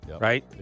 right